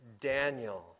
Daniel